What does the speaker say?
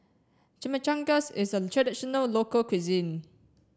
Chimichangas is a traditional local cuisine